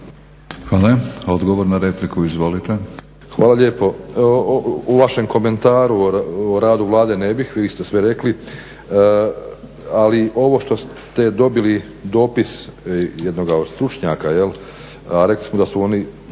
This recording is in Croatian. Hvala. Odgovor na repliku. Izvolite. **Grubišić, Boro (HDSSB)** Hvala lijepo. Evo u vašem komentaru o radu Vlade ne bih, vi ste sve rekli. Ali ovo što ste dobili dopis jednoga od stručnjaka, a rekli smo da su oni